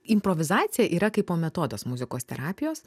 improvizacija yra kaipo metodas muzikos terapijos